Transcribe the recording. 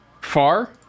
far